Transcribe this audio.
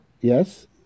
Yes